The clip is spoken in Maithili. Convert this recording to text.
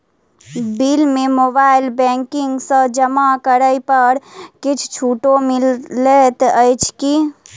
बिल केँ मोबाइल बैंकिंग सँ जमा करै पर किछ छुटो मिलैत अछि की?